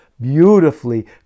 beautifully